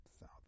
South